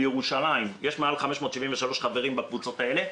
יש מעל 573 חברים בקבוצות האלה,